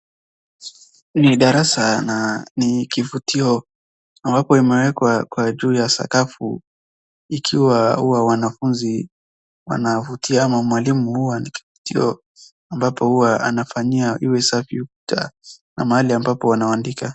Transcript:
Ni darasa na ni kifutio ambapo imewekwa kwa juu ya sakafu ikiwa hua wanafunzi wanafutia ama mwalimu hua ni kifutio ambapo huwa anafanyia iwe safi ukuta na mahali ambapo wanawaandika.